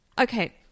Okay